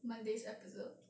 monday's episode